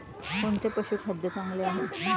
कोणते पशुखाद्य चांगले आहे?